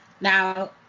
Now